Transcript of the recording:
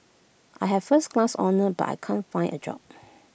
I have first class honours but I can't find A job